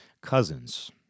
cousins